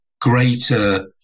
greater